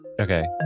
Okay